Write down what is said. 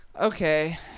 Okay